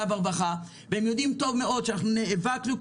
והרווחה והם יודעים טוב מאוד שאנחנו נאבקנו,